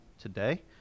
today